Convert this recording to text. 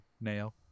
nail